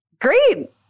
Great